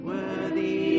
Worthy